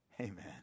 amen